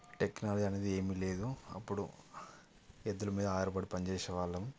technology అనేది ఏమీ లేదు అప్పుడు ఎద్దుల మీద ఆధారపడి పనిచేసేవాళ్ళం